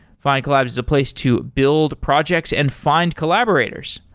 findcollabs is a place to build projects and find collaborators.